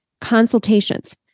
consultations